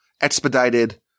expedited